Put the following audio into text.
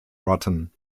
rotten